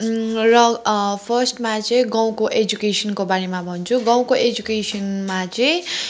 र फर्स्टमा चाहिँ गाउँको एजुकेसनको बारेमा भन्छु गाउँको एजुकेसनमा चाहिँ